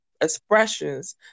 expressions